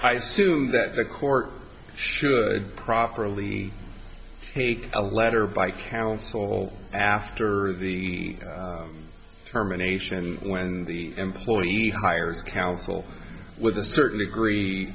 know that the court should properly take a letter by counsel after the terminations when the employee hires counsel with a certain degree